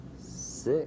Six